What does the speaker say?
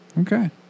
Okay